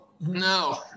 No